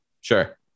Sure